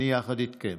אני יחד איתכם,